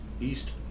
east